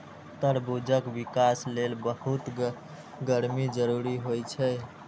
तरबूजक विकास लेल बहुत गर्मी जरूरी होइ छै